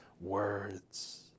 words